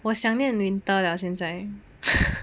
我想念 winter liao 现在